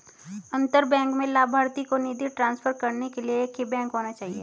अंतर बैंक में लभार्थी को निधि ट्रांसफर करने के लिए एक ही बैंक होना चाहिए